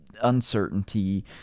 uncertainty